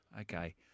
Okay